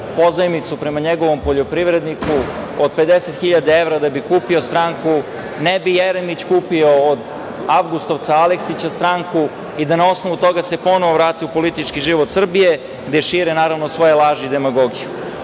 pozajmicu prema njegovom poljoprivredniku od 50.000 evra da bi kupio stranku. Ne bi Jeremić kupio od avgustovca Aleksića stranku i da na osnovu toga se ponovo vrati u politički život Srbije, gde šire naravno svoje laži i demagogiju. Naravno